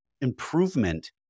improvement